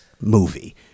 movie